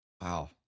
Wow